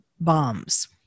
bombs